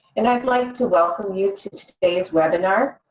and i'd like to welcome you to today's webinar,